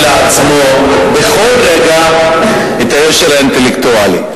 לעצמו בכל רגע את היושר האינטלקטואלי,